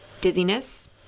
dizziness